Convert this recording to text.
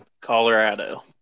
Colorado